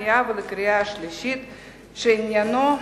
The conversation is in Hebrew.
שעניינה